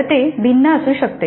खरं ते भिन्न असू शकते